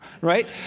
right